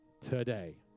today